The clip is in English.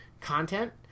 content